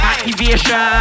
Activation